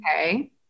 okay